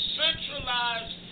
centralized